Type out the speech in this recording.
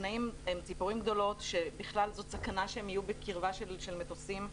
השקנאים הן ציפורים גדולות וזאת סכנה שהן יהיו בקרבה של מטוסים.